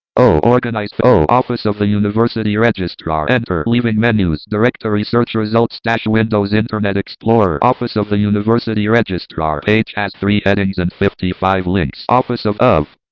o organized o office of the university registrar. enter. leaving menus. directory. search results dash windows internet explorer. office of the university registrar. page has three headings and fifty five links. office of of